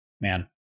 Man